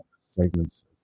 segments